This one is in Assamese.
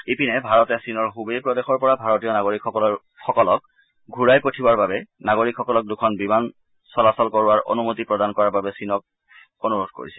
ইপিনে ভাৰতে চীনৰ ছবেই প্ৰদেশৰ পৰা ভাৰতীয় নাগৰিকসকলক ঘূৰাই পঠিওৱাৰ বাবে নাগৰিকসকলক দুখন বিমান চলাচল কৰোৱাৰ অনুমতি প্ৰদান কৰাৰ বাবে চীনক অনুৰোধ কৰিছে